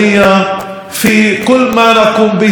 בשלטים הציבוריים,